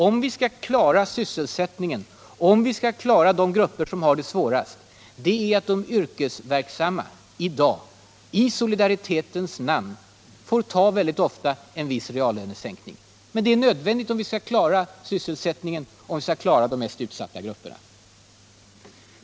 Om vi skall klara sysselsättningen, om vi skall klara de grupper som har det svårast, måste de många yrkesverksamma i dag i solidaritetens namn ta en viss reallönesänkning. Det är nödvändigt om vi skall klara sysselsättningen, om vi skall klara de mest utsatta grupperna.